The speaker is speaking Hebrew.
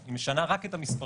לא, היא משנה רק את המספרים.